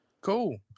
cool